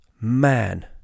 man